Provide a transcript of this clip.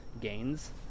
gains